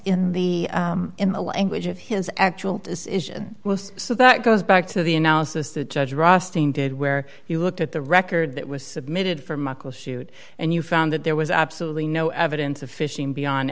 in the in the language of his actual decision was so that goes back to the analysis that judge rusting did where he looked at the record that was submitted for michael shoot and you found that there was absolutely no evidence of fishing beyond